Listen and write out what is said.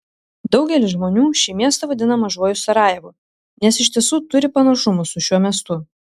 daugelis žmonių šį miestą vadina mažuoju sarajevu nes iš tiesų turi panašumų su šiuo miestu